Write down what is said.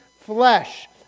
flesh